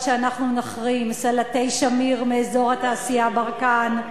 שאנחנו נחרים: "סלטי שמיר" מאזור התעשייה "ברקן",